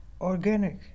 organic